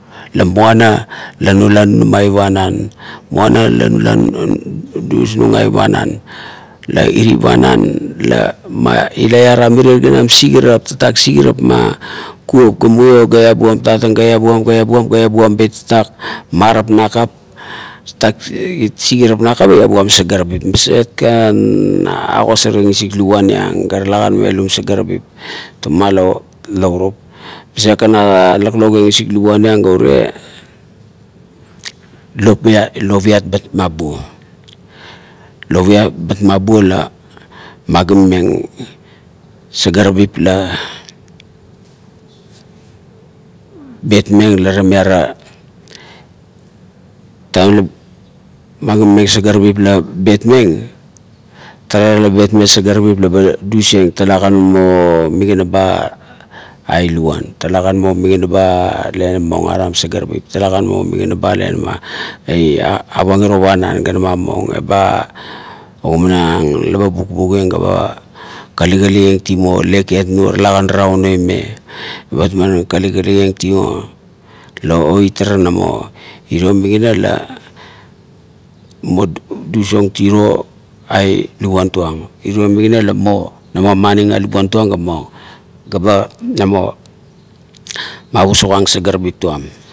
La muana la nula nunama ai panan, muana la nule dusnung ai panan, la iri panan la ilu iaram meirie ganam sigarap tatak sigarap ma kuop ga muio ga iabuam tatang, ga iabuam, ga iabuam, ga iabuam ga bet "na" marap nakap, tatak sigarap nakap iabuam sagarabip, masetkan agosarieng isik luguan iang ga tulakan melum sagarabip toma launeip, maset kan aloklok iang isik luguan ga mirie, lopiat-lopiat bat mabuo. Lopiat bat mabuo la magimameng sagarabip la bet meng la temiara, taim la magimameng sagarabip la bet meng, tara la bet meng sagarabip laba durieng talakan muo migina ba na luguan, talakan mua migaga ba la moiong aram sagarabip, talakan muo migana la ama arang iro panan, ga, ama muong, eba ogamanang laba bukbukieng ga ba kalikali ieng timo laibe nuo, tulakan iurau noime bat man kalukisa ieng timuo, la oitara namo, irio migana la muo dusong tiro ai luguan tuang, irio migana namo amani ai luguan tueng ga na mo ma pusuk ang sagarabit tuam